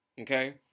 Okay